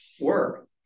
work